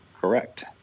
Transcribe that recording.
Correct